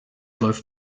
läuft